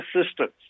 assistance